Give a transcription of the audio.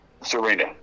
Serena